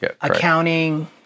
accounting